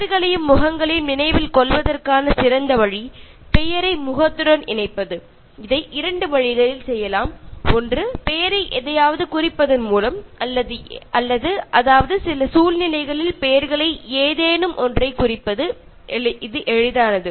பெயர்களையும் முகங்களையும் நினைவில் கொள்வதற்கான சிறந்த வழி பெயரை முகத்துடன் இணைப்பது இதை இரண்டு வழிகளில் செய்யலாம் ஒன்று பெயரை எதையாவது குறிப்பதன் மூலம் அதாவது சில சூழ்நிலைகளில் பெயர்களை ஏதேனும் ஒன்றைக் குறிப்பது இது எளிதானது